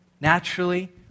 naturally